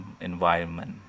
environment